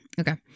okay